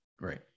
Right